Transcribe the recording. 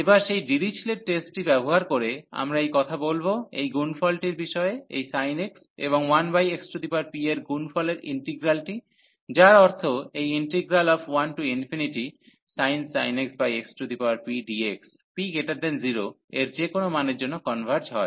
এবার সেই ডিরিচলেট টেস্টটি ব্যবহার করে আমরা এই কথা বলব এই গুনফলটির বিষয়ে এই sin x এবং 1xp এর গুণফলের ইন্টিগ্রালটি যার অর্থ এই integral 1sin x xpdx p0 এর যে কোনও মানের জন্য কনভার্জ হয়